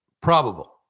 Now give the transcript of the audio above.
probable